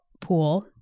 pool